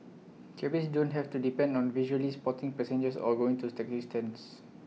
cabbies don't have to depend on visually spotting passengers or going to taxi stands